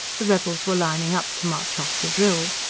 the rebels were lining up to march off to drill.